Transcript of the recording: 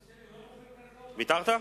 אני מוותר.